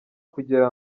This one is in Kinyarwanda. kugira